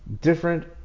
different